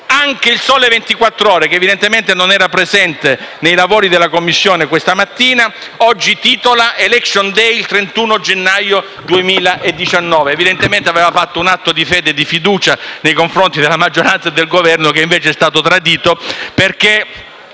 Anche «Il Sole 24 Ore», che evidentemente non era presente ai lavori della Commissione questa mattina, oggi titola «*Election day* delle Province al 31 gennaio 2019». Evidentemente aveva fatto un atto di fede e di fiducia nei confronti della maggioranza e del Governo, che invece è stato tradito, perché